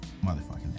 motherfucking